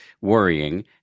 worrying